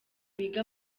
biga